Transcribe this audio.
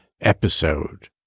episode